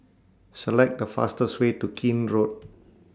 Select The fastest Way to Keene Road